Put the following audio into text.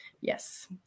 Yes